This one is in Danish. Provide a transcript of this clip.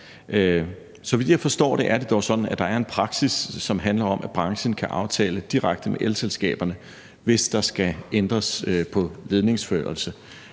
Så vidt jeg forstår det, er det dog sådan, at der er en praksis, som handler om, at branchen kan aftale direkte med elselskaberne, hvis der skal ændres på ledningsføringen.